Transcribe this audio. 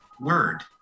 word